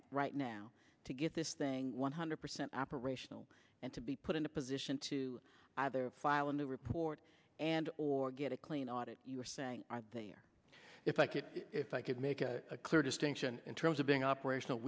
right now to get this thing one hundred percent operational and to be put in a position to either file a new report and or get a clean audit you are saying if i could if i could make a clear distinction in terms of being operation